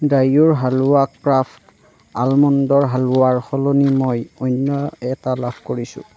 ডাইউৰ হাৱলা ক্ৰাফ্ট আলমণ্ডৰ হালৱাৰ সলনি মই অন্য এটা লাভ কৰিছোঁ